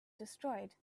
destroyed